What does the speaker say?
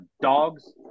dogs